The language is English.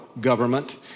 government